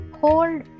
Hold